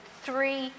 three